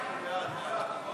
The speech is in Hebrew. ההצעה